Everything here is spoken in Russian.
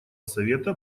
совета